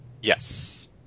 Yes